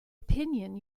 opinion